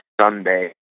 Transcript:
Sunday